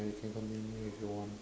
you can continue if you want